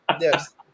Yes